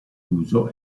uso